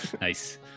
Nice